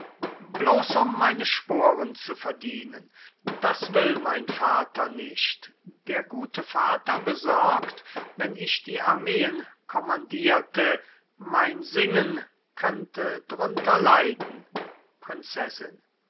bloß um meine sporen zu verdienen das will mein vater nicht der gute vater besorgt wenn ich armeen kommandierte mein singen könnte drunter leiden prinzessin